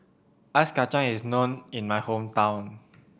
Ice Kachang is known in my hometown